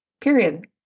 Period